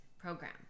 program